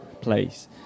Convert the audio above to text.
place